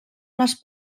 les